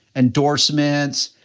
endorsements,